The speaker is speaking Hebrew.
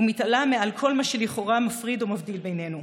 ומתעלה מעל כל מה שלכאורה מפריד או מבדיל בינינו.